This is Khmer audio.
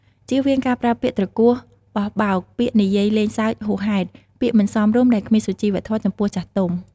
ជៀសវាងការប្រើពាក្យត្រគោះបោះបោក ពាក្យនិយាយលេងសើចហួសហេតុ ពាក្យមិនសមរម្យដែលគ្មានសុជីវធម៌ចំពោះចាស់ទុំ។